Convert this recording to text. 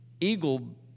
eagle